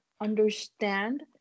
understand